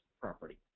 property